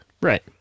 Right